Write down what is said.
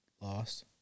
lost